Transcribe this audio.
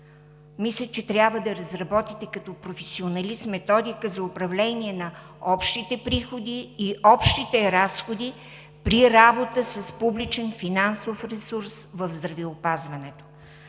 Мисля, че трябва да разработите като професионалист методика за управление на общите приходи и общите разходи при работа с публичен финансов ресурс в здравеопазването.